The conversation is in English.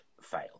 fail